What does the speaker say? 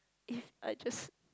if I just